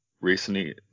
recently